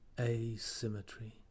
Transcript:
asymmetry